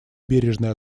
бережное